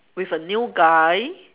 with a new guy